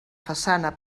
façana